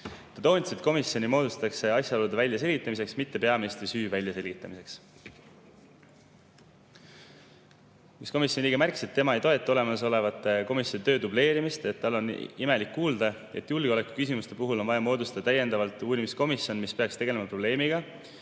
Ta toonitas, et komisjon moodustatakse asjaolude väljaselgitamiseks, mitte peaministri süü väljaselgitamiseks. Üks komisjoni liige märkis, et tema ei toeta olemasolevate komisjonide töö dubleerimist. Tal oli imelik kuulda, et julgeolekuküsimuste puhul on vaja moodustada täiendavalt uurimiskomisjon, mis peaks tegelema probleemiga